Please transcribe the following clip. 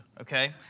okay